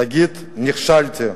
תגיד: נכשלתי,